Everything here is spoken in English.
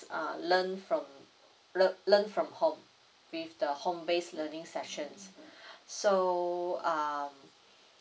uh learn from learn learn from home with the home based learning sessions so uh